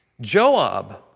Joab